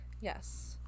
Yes